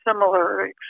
similar